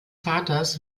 vaters